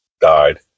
died